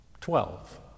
Twelve